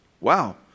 Wow